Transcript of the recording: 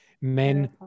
men